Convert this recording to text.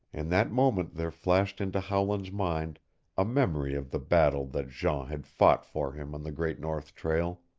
in that moment there flashed into howland's mind a memory of the battle that jean had fought for him on the great north trail.